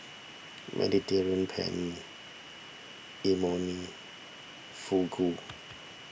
Mediterranean Penne Imoni Fugu